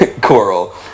coral